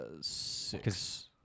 Six